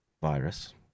virus